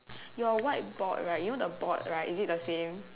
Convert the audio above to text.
your whiteboard right you know the board right is it the same